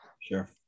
sure